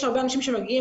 יש הרבה אנשים שמגיעים,